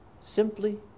simply